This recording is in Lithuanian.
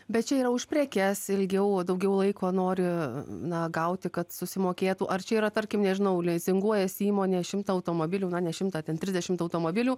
bet čia yra už prekes ilgiau daugiau laiko nori na gauti kad susimokėtų ar čia yra tarkim nežinau lizinguojasi įmonės šimtą automobilių na šimtą ten trisdešimt automobilių